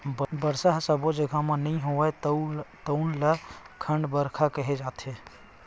बरसा ह सब्बो जघा म नइ होवय तउन ल खंड बरसा केहे जाथे